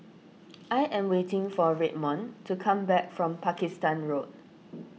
I am waiting for Redmond to come back from Pakistan Road